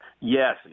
Yes